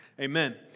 Amen